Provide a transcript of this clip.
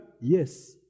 Yes